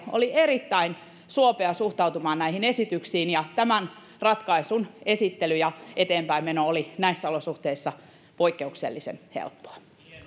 oli erittäin suopea suhtautumaan näihin esityksiin ja tämän ratkaisun esittely ja eteenpäinmeno oli näissä olosuhteissa poikkeuksellisen helppoa